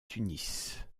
tunis